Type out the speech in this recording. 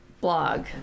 blog